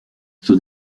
son